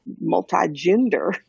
multi-gender